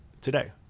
today